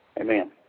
Amen